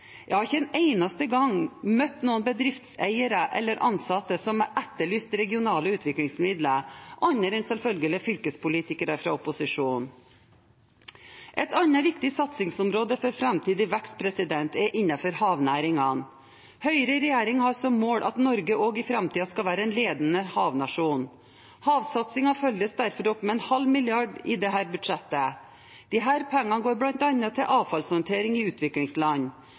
Jeg har ikke en eneste gang møtt noen bedriftseiere eller ansatte som har etterlyst regionale utviklingsmidler – andre enn fylkespolitikere fra opposisjonen, selvfølgelig. Et annet viktig satsingsområde for framtidig vekst er havnæringene. Høyre i regjering har som mål at Norge også i framtiden skal være en ledende havnasjon. Havsatsingen følges derfor opp med 0,5 mrd. kr i dette budsjettet. Disse pengene går bl.a. til avfallshåndtering i utviklingsland.